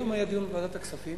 היום היה דיון בוועדת הכספים,